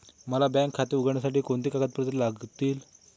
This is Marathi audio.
मला बँक खाते उघडण्यासाठी कोणती कागदपत्रे लागतील?